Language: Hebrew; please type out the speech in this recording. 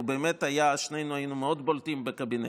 ובאמת שנינו היינו מאוד בולטים בקבינט,